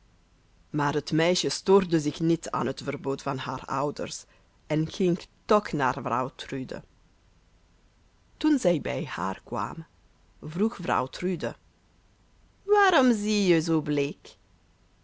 maar het meisje stoorde zich niet aan het verbod van haar ouders en ging toch naar vrouw trude toen zij bij haar kwam vroeg vrouw trude waarom zie je zoo bleek